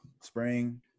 spring